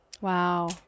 wow